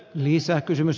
arvoisa puhemies